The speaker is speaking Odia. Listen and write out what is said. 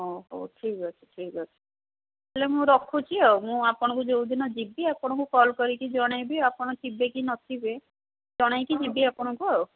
ହଉ ହଉ ଠିକ୍ ଅଛି ଠିକ୍ ଅଛି ହେଲେ ମୁଁ ରଖୁଛି ଆଉ ମୁଁ ଆପଣଙ୍କୁ ଯେଉଁଦିନ ଯିବି ଆପଣଙ୍କୁ କଲ୍ କରିକି ଜଣାଇବି ଆପଣ ଥିବେ କି ନଥିବେ ଜଣାଇକି ଯିବି ଆପଣଙ୍କୁ ଆଉ